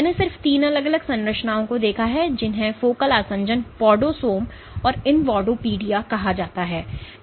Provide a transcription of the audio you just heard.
मैंने सिर्फ तीन अलग अलग संरचनाओं को देखा है जिन्हें फोकल आसंजन पॉडोसोम और इनवॉडोपोडिया कहा जाता है